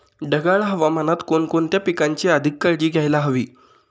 ढगाळ हवामानात कोणकोणत्या पिकांची अधिक काळजी घ्यायला हवी?